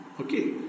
Okay